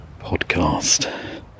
podcast